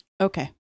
Okay